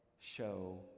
show